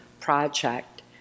project